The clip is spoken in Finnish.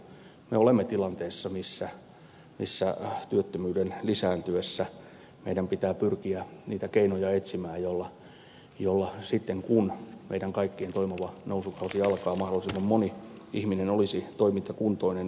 me olemme tilanteessa missä työttömyyden lisääntyessä meidän pitää pyrkiä niitä keinoja etsimään joilla sitten kun meidän kaikkien toivoma nousukausi alkaa mahdollisimman moni ihminen olisi toimintakuntoinen työkykyinen